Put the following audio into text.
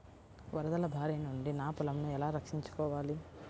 వరదల భారి నుండి నా పొలంను ఎలా రక్షించుకోవాలి?